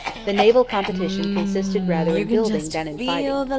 the naval competition consisted rather in building than in fighting.